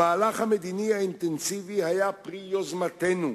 המהלך המדיני האינטנסיבי היה פרי יוזמתנו,